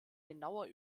genauer